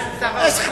לא סגן.